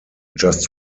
just